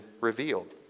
revealed